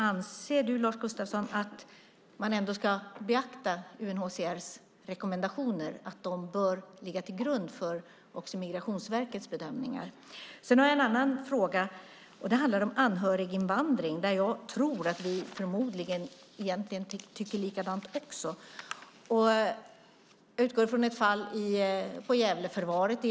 Anser Lars Gustafsson att man ska beakta UNHCR:s rekommendationer, att de bör ligga till grund även för Migrationsverkets bedömningar? Jag vill även ta upp frågan om anhöriginvandring. Också där tror jag att vi egentligen tycker likadant. Jag utgår återigen från ett fall på Gävleförvaret.